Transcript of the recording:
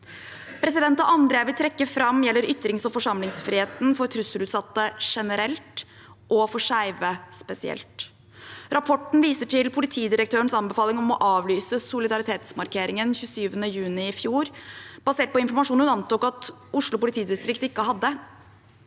Det andre jeg vil trekke fram, gjelder ytrings- og forsamlingsfriheten for trusselutsatte generelt og for skeive spesielt. Rapporten viser til politidirektørens anbefaling om å avlyse solidaritetsmarkeringen 27. juni i fjor, basert på informasjon hun antok at Oslo politidistrikt ikke hadde.